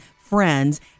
Friends